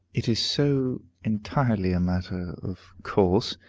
it is so entirely a matter of course,